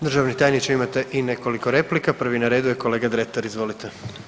Državni tajniče imate i nekoliko replika, prvi na redu je kolega Dretar, izvolite.